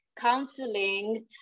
counseling